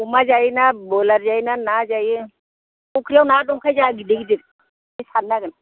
अमा जायोना ब्रयलार जायोना ना जायो फुख्रियाव ना दंखायो जोंहा गिदिर गिदिर सारना होगोन